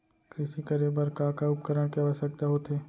कृषि करे बर का का उपकरण के आवश्यकता होथे?